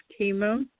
chemo